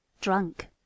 drunk